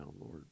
Lord